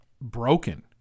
broken